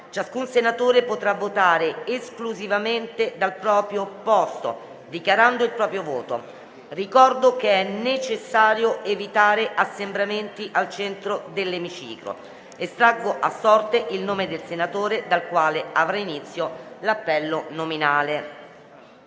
Ciascun senatore voterà dal proprio posto, dichiarando il proprio voto. Ricordo che è necessario evitare assembramenti al centro dell'emiciclo. Estraggo a sorte il nome del senatore dal quale avrà inizio l'appello nominale.